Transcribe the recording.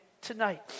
tonight